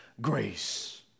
grace